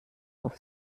auf